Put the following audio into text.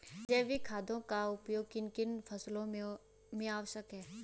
जैविक खादों का उपयोग किन किन फसलों में आवश्यक है?